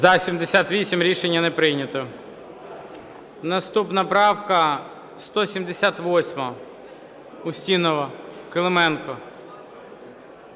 За-78 Рішення не прийнято. Наступна правка 178, Устінова. Клименко.